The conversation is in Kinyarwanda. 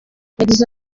yagize